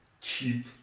cheap